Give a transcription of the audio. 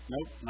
Nope